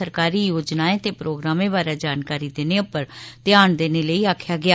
सरकारी योजनाएं ते प्रोग्रामें बारे जानकारी देने उप्पर ध्यान देने लेई आक्खेआ गेआ